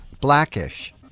Blackish